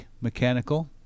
Mechanical